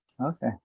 Okay